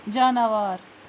جاناوار